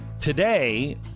Today